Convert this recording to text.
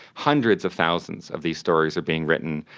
hundreds of thousands of these stories are being written,